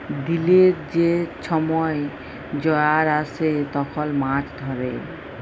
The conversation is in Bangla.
দিলের যে ছময় জয়ার আসে তখল মাছ ধ্যরে